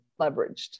leveraged